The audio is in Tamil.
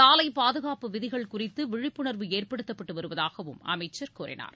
சாலை பாதுகாப்பு விதிகள் குறித்து விழிப்புணர்வு ஏற்படுத்தப்பட்டு வருவதாகவும் அமைச்சர் கூறினார்